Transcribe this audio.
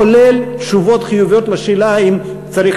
כולל תשובות חיוביות על השאלה האם צריך